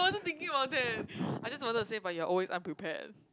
I wasn't thinking about that I just wanted to say but you are always unprepared